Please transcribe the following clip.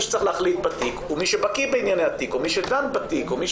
מי שצריך להחליט בתיק הוא מי שבקי בענייני התיק או מי שדן בתיק.